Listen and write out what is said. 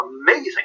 amazing